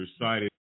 recited